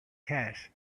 cash